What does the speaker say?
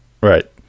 right